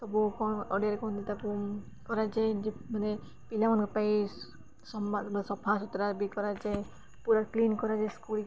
ସବୁ କ'ଣ ଓଡ଼ିଓରେ କହନ୍ତି ତା'ପରେ କରାଯାଏ ଯେ ମାନେ ପିଲାମାନଙ୍କ ପାଇଁ ସମ ସଫା ସୁୁତୁରା ବି କରାଯାଏ ପୁରା କ୍ଲିନ୍ କରାଯାଏ ସ୍କୁଲଟାକୁ